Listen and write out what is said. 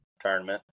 tournament